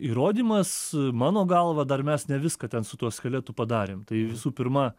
įrodymas mano galva dar mes ne viską ten su tuo skeletu padarėm tai visų pirma